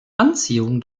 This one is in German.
anziehung